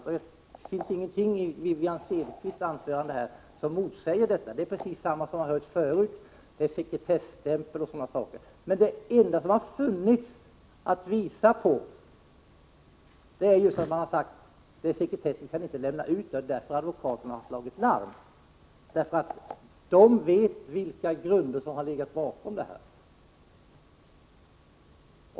Det finns ingenting i Wivi-Anne Cederqvists anförande som motsäger detta. Hon säger precis det som vi har hört förut, om sekretesstämpel m.m. Det enda man har kunnat hänvisa till är just att ärendena är sekretessbelagda och att uppgifter inte kan lämnas ut. Advokaterna har slagit larm därför att de vet vilka omständigheter som ligger bakom detta.